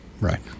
Right